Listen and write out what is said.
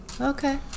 okay